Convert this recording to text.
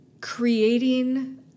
creating